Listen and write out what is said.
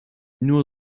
nur